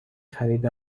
خرید